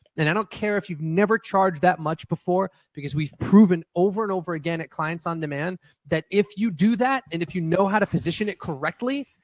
and i don't care if you've never charged that much before, because we've proven over and over again at clients on demand that if you do that and if you know how to position it correctly,